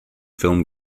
film